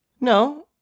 No